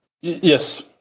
Yes